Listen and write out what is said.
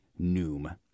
Noom